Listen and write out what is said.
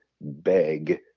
beg